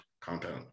compound